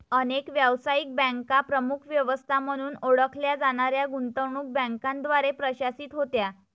अनेक व्यावसायिक बँका प्रमुख व्यवस्था म्हणून ओळखल्या जाणाऱ्या गुंतवणूक बँकांद्वारे प्रशासित होत्या